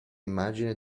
immagine